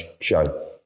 show